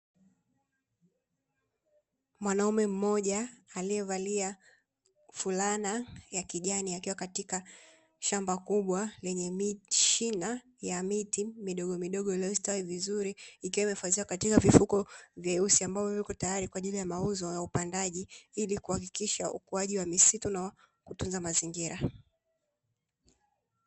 Mwanaume mmoja aliyevalia fulana ya kijani, akiwa katika shamba kubwa lenye shina ya miti midogomidogo ilyostawi vizuri, ikiwa imehifadhiwa katika vifuko vyeusi ambavyo viko teyari kwa ajili ya mauzo ya upandaji, ili kuhakikisha ukuaji wa misitu na kutunza mazingira.